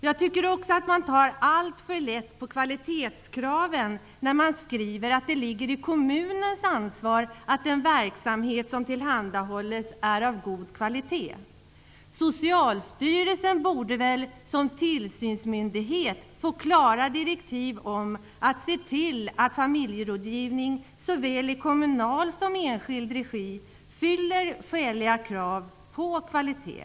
Jag tycker också att man tar alltför lätt på kvalitetskraven när man skriver att det är kommunens ansvar att den verksamhet som tillhandahålls är av god kvalitet. Socialstyrelsen borde som tillsynsmyndighet få klara direktiv att se till att familjerådgivning i såväl kommunal som enskild regi fyller skäliga krav på kvalitet.